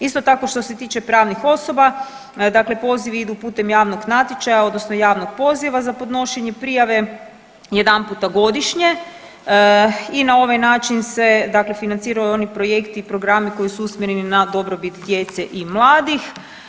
Isto tako što se tiče pravnih osoba, dakle pozivi idu putem javnog natječaja odnosno javnog poziva za podnošenje prijave jedanputa godišnje i na ovaj način se dakle financiraju oni projekti i programi koji su usmjereni na dobrobit djece i mladih.